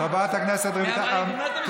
אני גומר את המשפט.